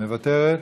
מוותרת,